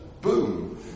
boom